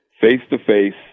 face-to-face